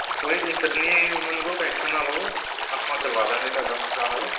ਕੋਈ ਦਿੱਕਤ ਨਹੀਂ ਉਹਨਾਂ ਨੂੰ ਕਹੋ ਟੈਂਸ਼ਨ ਨਾ ਲਓ ਆਪਾਂ ਕਰਵਾ ਦਾਂਗੇ ਤੁਹਾਡਾ ਮਸਲਾ ਹੱਲ